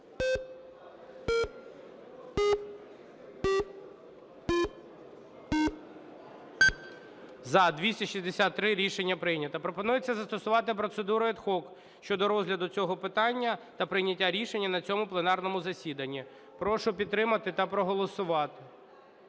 За-263 Рішення прийнято. Пропонується застосувати процедуру ad hoc щодо розгляду цього питання та прийняття рішення на цьому пленарному засіданні. Прошу підтримати та проголосувати.